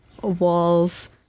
walls